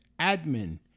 admin